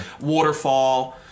waterfall